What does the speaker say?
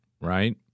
right